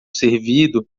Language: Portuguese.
servido